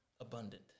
abundant